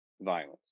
violence